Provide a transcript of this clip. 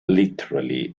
literally